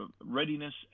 readiness